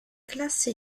classe